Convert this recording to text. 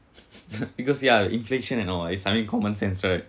because ya inflation and all is I mean common sense right